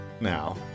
now